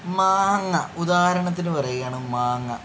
മാങ്ങ ഉദാഹരണത്തിന് പറയുകയാണ് മാങ്ങ